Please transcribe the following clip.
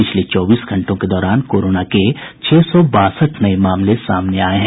पिछले चौबीस घंटों के दौरान कोरोना के छह सौ बासठ नये मामले सामने आये हैं